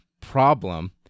problem